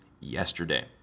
yesterday